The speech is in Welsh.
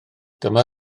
dyma